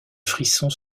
frissons